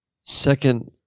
second